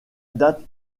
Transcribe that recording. date